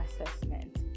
assessment